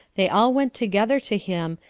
they all went together to him,